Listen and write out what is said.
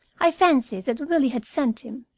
i fancied that willie had sent him,